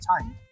time